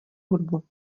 hudbu